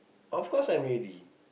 of course I'm ready